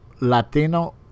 Latino